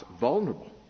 vulnerable